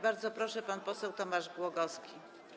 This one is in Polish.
Bardzo proszę, pan poseł Tomasz Głogowski.